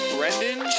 Brendan